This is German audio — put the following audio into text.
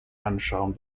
anschauen